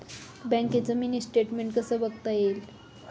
बँकेचं mini statement कसं बघता येईल?